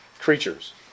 creatures